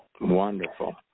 Wonderful